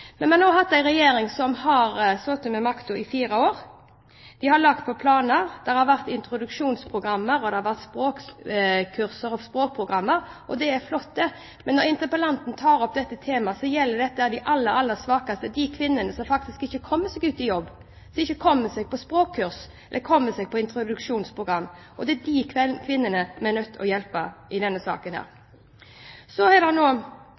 Vi har nå hatt en regjering som har sittet med makten i fire år. De har lagt fram planer, det har vært introduksjonsprogrammer, det har vært språkkurs og språkprogrammer, og det er flott. Men det temaet interpellanten tar opp, gjelder de aller, aller svakeste, de kvinnene som faktisk ikke kommer seg ut i jobb, som ikke kommer seg på språkkurs, som ikke kommer seg på introduksjonsprogram. Det er de kvinnene vi er nødt til å hjelpe i denne saken. Det er nå blitt lovpålagt i alle kommuner at man skal ha et krisetilbud. Det var et eksempel nå